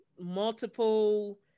Multiple